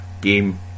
game